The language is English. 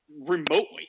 remotely